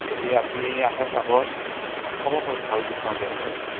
যদি আপুনি আহে চাব চাব পাৰে ভাল ডিচকাউণ্টেই হয় এইবোৰ